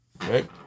Right